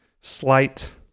slight